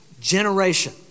generation